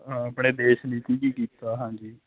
ਹਾਂ ਆਪਣੇ ਦੇਸ਼ ਲਈ ਕੀ ਕੀਤਾ ਹਾਂਜੀ